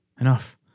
Enough